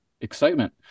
excitement